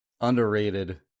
underrated